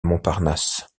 montparnasse